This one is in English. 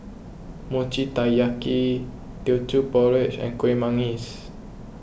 Mochi Taiyaki Teochew Porridge and Kuih Manggis